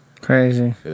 crazy